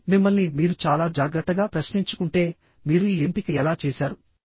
కానీ మిమ్మల్ని మీరు చాలా జాగ్రత్తగా ప్రశ్నించుకుంటే మీరు ఈ ఎంపిక ఎలా చేసారు